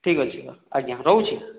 ଠିକ୍ ଅଛି ଆଜ୍ଞା ରହୁଛି